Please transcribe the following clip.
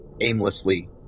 aimlessly